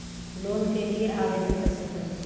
Loan के लिए आवेदन कैसे करें?